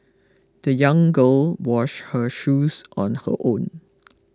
the young go washed her shoes on her own